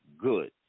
good